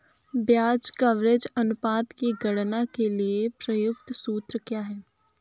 ब्याज कवरेज अनुपात की गणना के लिए प्रयुक्त सूत्र क्या है?